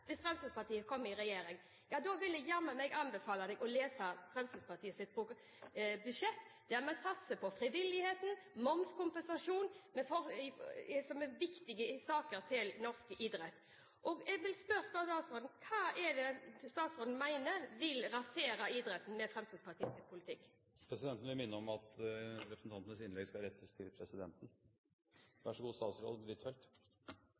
hvis Fremskrittspartiet kommer i regjering, da vil jeg jammen anbefale deg å lese Fremskrittspartiets budsjett, der vi satser på frivillighet og momskompensasjon som viktige saker for norsk idrett. Jeg vil spørre statsråden: Hva er det statsråden mener vil raseres i idretten med Fremskrittspartiets politikk? Presidenten vil minne om at representantenes innlegg skal rettes til presidenten.